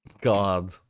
god